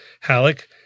Halleck